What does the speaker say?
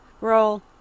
Roll